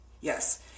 Yes